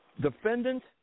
defendant